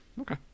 Okay